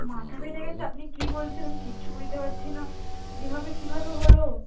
মাথা ফেটে গেছে আপনি কী বলছেন আমি কিছু বুঝতে পারছি না এভাবে কীভাবে হলো